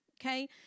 Okay